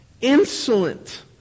insolent